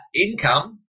income